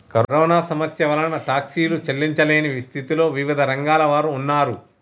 corona సమస్య వలన టాక్సీలు చెల్లించలేని స్థితిలో వివిధ రంగాల వారు ఉన్నారు